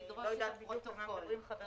אני לא יודעת בדיוק על מה מדברים חבריי.